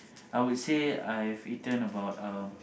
I would say I have eaten about um